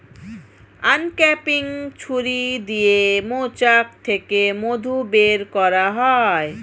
uncapping ছুরি দিয়ে মৌচাক থেকে মধু বের করা হয়